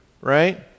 right